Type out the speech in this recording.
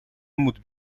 moet